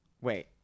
Wait